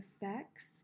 effects